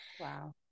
Wow